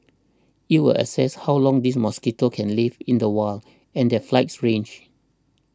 it will assess how long these mosquitoes can live in the wild and their flights range